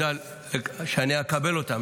ואני אקבל אותן.